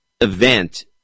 event